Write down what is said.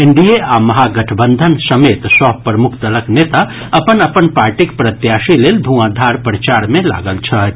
NDA आ महागठबंधन समेत सभ प्रमुख दलक नेता अपन अपन पार्टीक प्रत्याशी लेल धुंआधार प्रचार मे लागल छथि